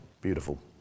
beautiful